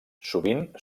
sovint